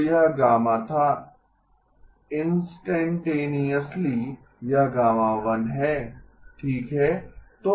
तो यह गामा था इंस्टैंटनेयसली यह γ1 है ठीक है